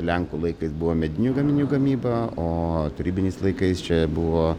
lenkų laikais buvo medinių gaminių gamyba o tarybiniais laikais čia buvo